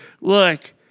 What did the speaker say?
look